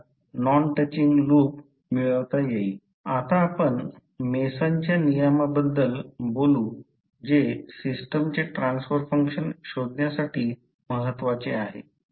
आता आपण मेसनच्या नियमांबद्दल बोलू जे सिस्टमचे ट्रान्सफर फंक्शन शोधण्यासाठी महत्वाचे आहे